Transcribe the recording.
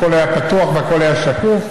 הכול היה פתוח והכול היה שקוף,